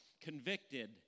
convicted